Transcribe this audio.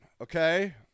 okay